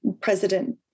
president